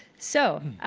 so